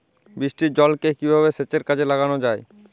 বৃষ্টির জলকে কিভাবে সেচের কাজে লাগানো য়ায়?